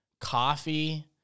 coffee